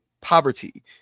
Poverty